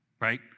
Right